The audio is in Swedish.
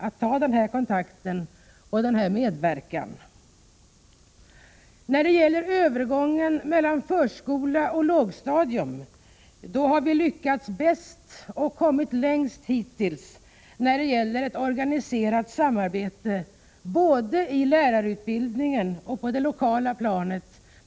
Övergång mellan förskola och lågstadium är det avsnitt där vi hittills har lyckats bäst och kommit längst när det gäller ett organiserat samarbete både i lärarutbildningen och på det lokala planet.